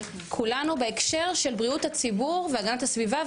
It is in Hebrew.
כולנו בהקשר של בריאות הציבור והגנת הסביבה,